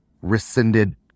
rescinded